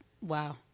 wow